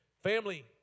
family